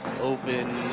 open